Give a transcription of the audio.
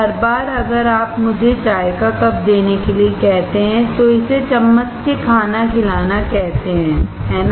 हर बार अगर आप मुझे चाय का कप देने के लिए कहते हैं तो उसे चम्मच से खाना खिलाना कहते हैं है न